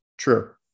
True